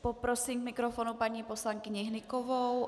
Poprosím k mikrofonu paní poslankyni Hnykovou.